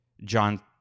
John